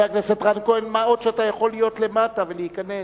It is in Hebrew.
רן כהן, מה עוד שאתה יכול להיות למטה ולהיכנס.